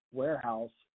warehouse